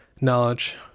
knowledge